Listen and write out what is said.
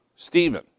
Stephen